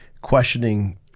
questioning